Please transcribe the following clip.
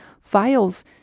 Files